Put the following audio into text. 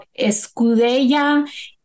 escudella